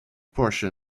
portion